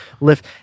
lift